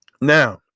Now